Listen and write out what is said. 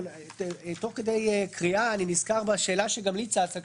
תוך כדי קריאה אני נזכר בשאלה שצצה גם